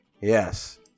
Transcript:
Yes